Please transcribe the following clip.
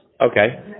Okay